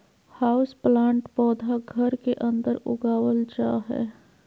houseplant पौधा घर के अंदर उगावल जा हय